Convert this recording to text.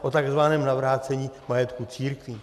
o tzv. navrácení majetku církvím.